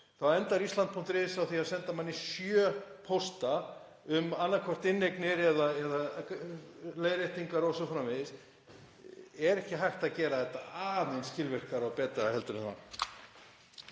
þá endar Ísland.is á því að senda manni sjö pósta um annaðhvort inneign eða leiðréttingar o.s.frv. Er ekki hægt að gera þetta á aðeins skilvirkari og betri hátt?